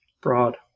Broad